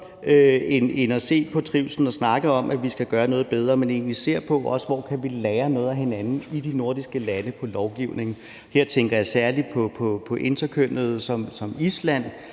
kun at se på trivslen og snakke om, at vi skal gøre noget bedre, så vi egentlig ser på, hvor vi også kan lære noget af hinanden i de nordiske lande på lovgivningsområdet. Her tænker jeg særlig på interkønnet, som Island